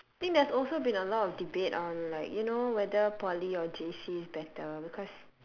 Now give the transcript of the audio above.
think there's also been a lot of debate on like you know whether Poly or J_C is better because